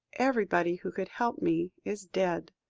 everybody who could help me is dead.